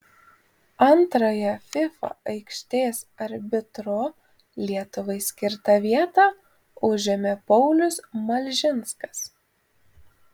antrąją fifa aikštės arbitro lietuvai skirtą vietą užėmė paulius malžinskas